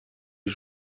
est